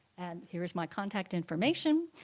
and here is my contact information.